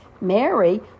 Mary